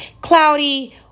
cloudy